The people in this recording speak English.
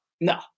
No